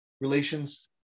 relations